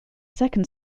second